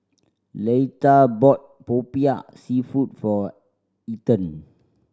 Leitha bought Popiah Seafood for Ethen